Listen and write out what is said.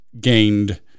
gained